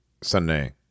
Sunday